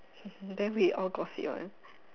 then we all gossip one